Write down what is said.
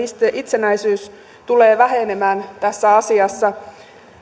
itsenäisyys tulee vähenemään tässä asiassa